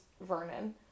Vernon